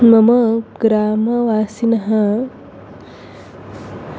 मम ग्रामवासिनः